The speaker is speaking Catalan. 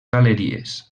galeries